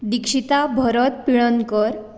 Dikshita Bharat Pilnakar